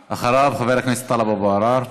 אחריו, חבר הכנסת טלב אבו עראר.